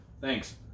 Thanks